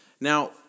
Now